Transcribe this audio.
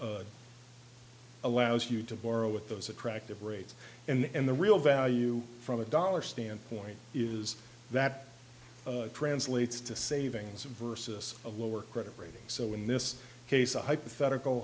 allows you to borrow at those attractive rates and the real value from a dollar standpoint is that translates to savings versus a lower credit rating so in this case a hypothetical